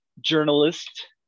journalist